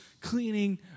cleaning